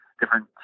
different